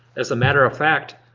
as a matter of fact,